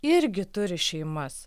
irgi turi šeimas